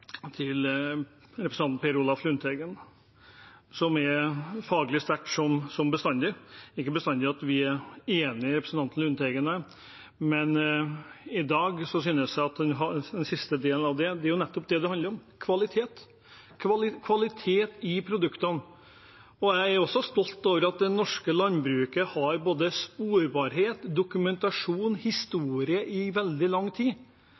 representanten Per Olaf Lundteigen, som er faglig sterkt, som bestandig. Det er ikke bestandig at vi er enige, representanten Lundteigen og jeg, men i dag synes jeg at den siste delen av innlegget tar opp nettopp det det handler om: kvaliteten på produktene. Jeg er også stolt av at det norske landbruket har både sporbarhet og dokumentasjon, en historie over veldig lang tid,